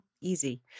Easy